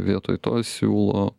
vietoj to siūlo